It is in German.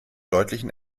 deutlichen